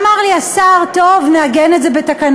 אמר לי השר: טוב, נעגן את זה בתקנות.